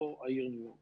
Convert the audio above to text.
לא העיר ניו יורק,